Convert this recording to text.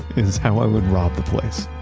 is how i would rob the place.